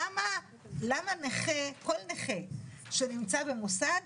למה כל נכה שנמצא במוסד,